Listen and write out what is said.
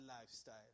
lifestyle